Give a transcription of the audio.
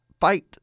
fight